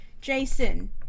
Jason